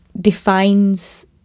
defines